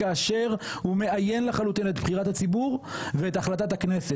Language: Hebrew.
כאשר הוא מאיין לחלוטין את בחירת הציבור ואת החלטת הכנסת,